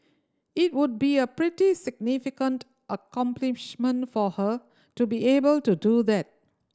it would be a pretty significant accomplishment for her to be able to do that